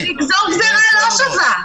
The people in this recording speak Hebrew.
זה לגזור גזירה לא שווה.